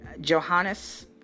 Johannes